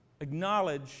Acknowledge